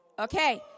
Okay